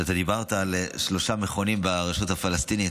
כשאתה דיברת על שלושה מכונים ברשות הפלסטינית,